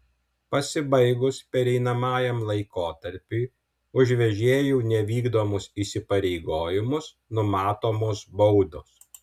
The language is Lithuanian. pasibaigus pereinamajam laikotarpiui už vežėjų nevykdomus įsipareigojimus numatomos baudos